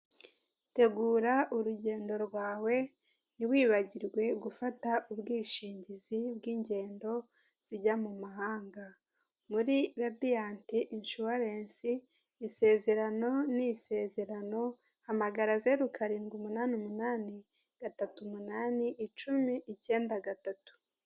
Tegura urugendo rwawe ntiwibagirwe gufata ubwishingizi bw'ingendo zijya mu mahanga' Muri radiyanti inshuwarensi isezerano ni isezerano hamagara zeru karindwi umunani umuni umunani gatatu umunani icumi ikenda gatatu.